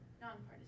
nonpartisan